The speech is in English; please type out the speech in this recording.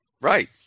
Right